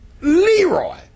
Leroy